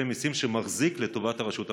מיסים שהוא מחזיק לטובת הרשות הפלסטינית,